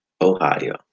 Ohio